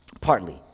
partly